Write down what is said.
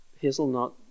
hazelnut